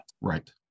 right